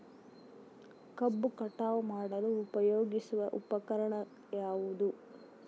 ಕಬ್ಬು ಕಟಾವು ಮಾಡಲು ಉಪಯೋಗಿಸುವ ಉಪಕರಣ ಯಾವುದು?